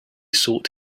sought